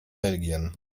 belgien